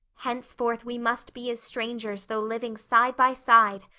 henceforth we must be as strangers though living side by side.